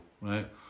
right